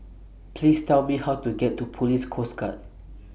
Please Tell Me How to get to Police Coast Guard